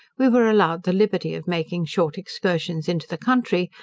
we were allowed the liberty of making short excursions into the country,